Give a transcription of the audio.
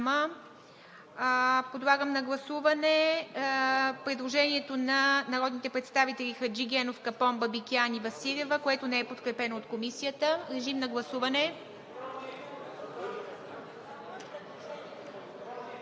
Подлагам на гласуване предложението на народните представители Хаджигенов, Капон, Бабикян и Василева, което не е подкрепено от Комисията. Гласували